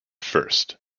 first